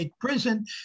prison